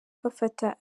bafata